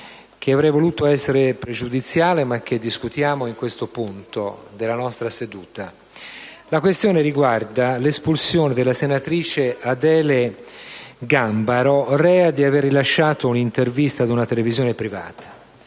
che avrei voluto fosse pregiudiziale, ma che discutiamo in questa fase dei nostri lavori. Si tratta dell'espulsione della senatrice Adele Gambaro, rea di aver rilasciato un'intervista ad una televisione privata.